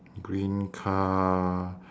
green car